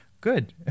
Good